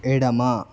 ఎడమ